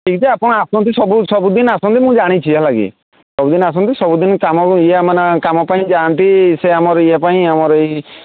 ଠିକ୍ ଯେ ଆପଣ ଆସନ୍ତି ସବୁ ସବୁଦିନ ଆସନ୍ତି ମୁଁ ଜାଣିଛି ହେଲା କି ସବୁଦିନ ଆସନ୍ତି ସବୁଦିନ କାମ ଇଏ ମାନେ କାମ ପାଇଁ ଯାଆନ୍ତି ସେ ଆମର ଇଏ ପାଇଁ ଆମର ଏଇ